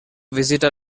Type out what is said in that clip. visitor